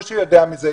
ואברושי יודע מזה,